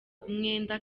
umwenda